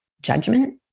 judgment